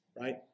right